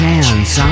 Chance